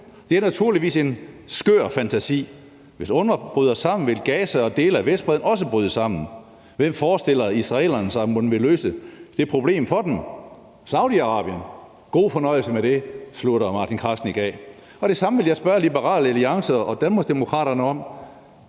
Det er naturligvis en skør fantasi. Hvis UNRWA bryder sammen, vil Gaza og dele af Vestbredden også bryde sammen. Hvem forestiller israelerne sig mon vil løse det problem for dem? Saudi-Arabien? God fornøjelse med det, slutter Martin Krasnik af. Det samme vil jeg spørge Liberal Alliance og Danmarksdemokraterne om,